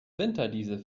winterdiesel